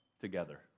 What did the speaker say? together